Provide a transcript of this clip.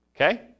Okay